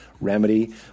remedy